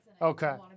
Okay